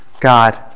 God